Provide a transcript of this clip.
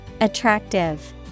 Attractive